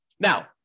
Now